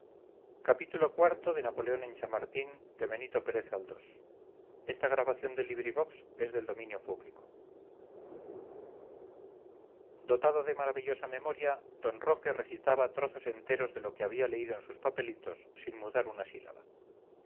xxvii xxviii xxix napoleón en chamartín de benito pérez galdós dotado de maravillosa memoria d roque recitaba trozos enteros de lo que había leído en sus papelitos sin mudar una sílaba